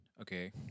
okay